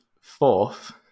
fourth